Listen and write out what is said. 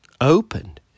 opened